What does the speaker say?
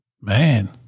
Man